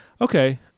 Okay